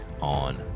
on